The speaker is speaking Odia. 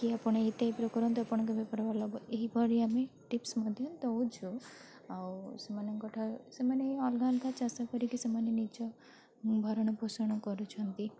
କି ଆପଣ ଏଇ ଟାଇପ୍ର କରନ୍ତୁ ଆପଣଙ୍କ ବେପାର ଭଲ ହବ ଏହିପରି ଆମେ ଟିପ୍ସ ମଧ୍ୟ ଦେଉଛୁ ଆଉ ସେମାନଙ୍କଠାରୁ ସେମାନେ ଅଲଗା ଅଲଗା ଚାଷ କରିକି ସେମାନେ ନିଜ ଭରଣପୋଷଣ କରୁଛନ୍ତି